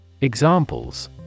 Examples